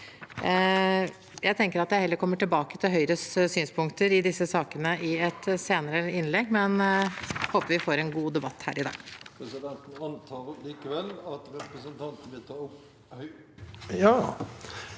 Jeg tenker at jeg heller kommer tilbake til Høyres synspunkter i disse sakene i et senere innlegg, men jeg håper vi får en god debatt her i dag.